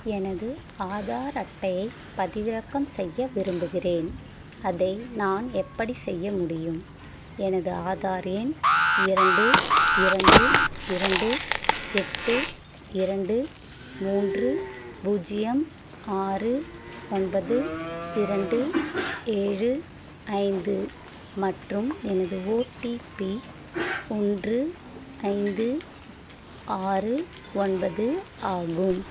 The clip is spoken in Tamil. எனது ஆதார் அட்டையை பதிவிறக்கம் செய்ய விரும்புகிறேன் அதை நான் எப்படி செய்ய முடியும் எனது ஆதார் எண் இரண்டு இரண்டு இரண்டு எட்டு இரண்டு மூன்று பூஜ்ஜியம் ஆறு ஒன்பது இரண்டு ஏழு ஐந்து மற்றும் எனது ஓடிபி ஒன்று ஐந்து ஆறு ஒன்பது ஆகும்